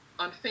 On